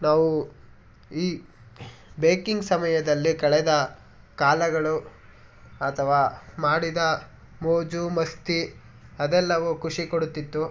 ನಾವು ಈ ಬೇಕಿಂಗ್ ಸಮಯದಲ್ಲಿ ಕಳೆದ ಕಾಲಗಳು ಅಥವಾ ಮಾಡಿದ ಮೋಜು ಮಸ್ತಿ ಅದೆಲ್ಲವೂ ಖುಷಿ ಕೊಡುತ್ತಿತ್ತು